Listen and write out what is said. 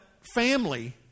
family